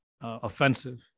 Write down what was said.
offensive